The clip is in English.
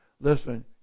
listen